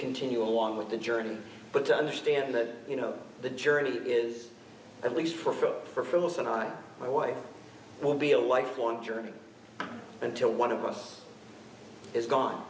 continue along with the journey but understand that you know the journey is at least for most and i my wife will be a lifelong journey until one of us is gone